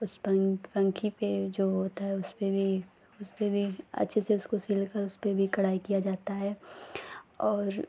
उस पन्खी पर जो होता है उसपर भी उसपर भी अच्छे से उसको सिलकर उसपर भी कढ़ाई की जाती है और